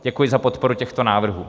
Děkuji za podporu těchto návrhů.